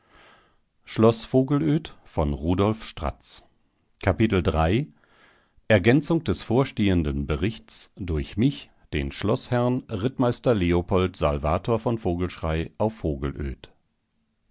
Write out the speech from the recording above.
ergänzung des vorstehenden berichts durch mich den schloßherrn rittmeister leopold salvator von vogelschrey auf vogelöd